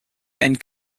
and